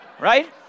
right